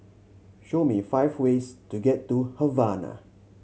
show me five ways to get to Havana